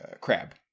crab